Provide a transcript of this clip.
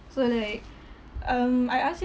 so like um I asked